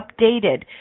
updated